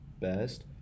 best